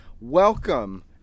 Welcome